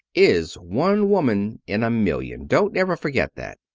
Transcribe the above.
is one woman in a million. don't ever forget that.